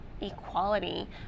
equality